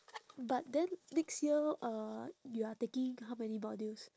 but then next year uh you are taking how many modules